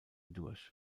durch